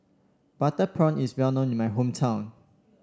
Butter Prawn is well known in my hometown